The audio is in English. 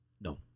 No